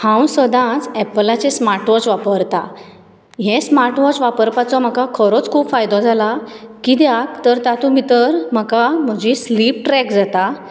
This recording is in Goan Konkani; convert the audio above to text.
हांव सदांच एप्पलाचे स्मार्ट वॉच वापरतां हे स्मार्ट वॉच वापरपाचो म्हाका खरोच खूब फायदो जाला कित्याक तर तातूंत भितर म्हाका म्हजी स्लीप ट्रेक जाता